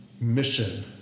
Mission